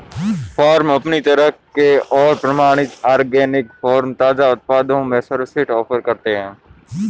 farm अपनी तरह के और प्रमाणित ऑर्गेनिक फ़ार्म ताज़ा उत्पादों में सर्वश्रेष्ठ ऑफ़र करते है